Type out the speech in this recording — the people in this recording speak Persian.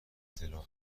اطلاع